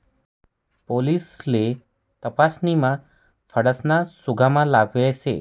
पोलिससले तपासणीमा फसाडाना सुगावा लागेल शे